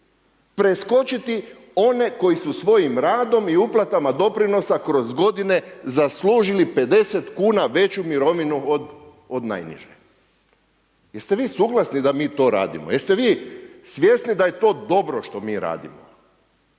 preskočiti one koji su svojim radom i uplatama doprinosa kroz godine zaslužili 50 kuna veću mirovinu od najniže. Jeste vi suglasni da mi to radimo? Jeste vi svjesni da je to dobro što mi radimo?